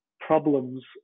problems